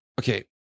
Okay